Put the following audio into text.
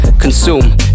Consume